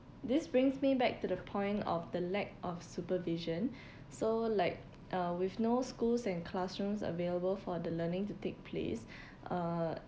this brings me back to the point of the lack of supervision so like uh with no schools and classrooms available for the learning to take place uh